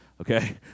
Okay